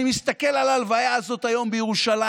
אני מסתכל על הלוויה הזאת היום בירושלים.